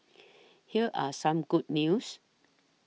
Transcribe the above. here are some good news